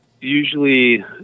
usually